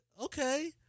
Okay